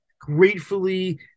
gratefully